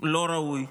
לא ראוי.